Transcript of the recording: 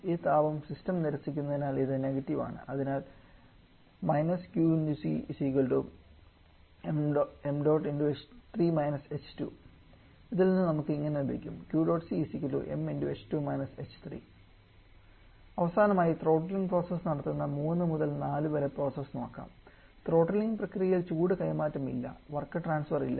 ഈ താപം സിസ്റ്റം നിരസിക്കുന്നതിനാൽ ഇത് നെഗറ്റീവ് ആണ് അതിനാൽ ഇതിൽനിന്ന് നമുക്ക് ഇങ്ങനെ ലഭിക്കും അവസാനമായിത്രോട്ട്ലിംഗ് പ്രോസസ്സ് നടത്തുന്ന 3 മുതൽ 4 വരെ പ്രോസസ്സ് നോക്കാം ത്രോട്ടിലിംഗ് പ്രക്രിയയിൽ ചൂട് കൈമാറ്റം ഇല്ല വർക്ക് ട്രാൻസ്ഫർ ഇല്ല